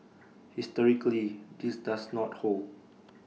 historically this does not hold